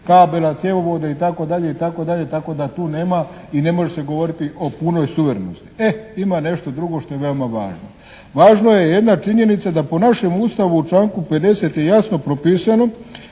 kabela, cjevovoda, itd., itd. Tako da tu nema i ne može se govoriti o punoj suverenosti. E, ima nešto drugo što je veoma važno. Važna je jedna činjenica da po našem Ustavu u članku 50. je jasno propisano